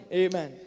amen